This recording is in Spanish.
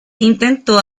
intentó